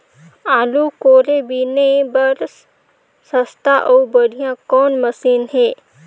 आलू कोड़े बीने बर सस्ता अउ बढ़िया कौन मशीन हे?